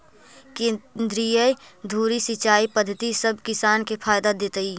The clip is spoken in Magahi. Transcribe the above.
केंद्रीय धुरी सिंचाई पद्धति सब किसान के फायदा देतइ